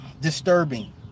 Disturbing